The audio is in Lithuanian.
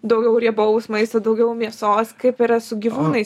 daugiau riebaus maisto daugiau mėsos kaip yra su gyvūnais